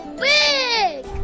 big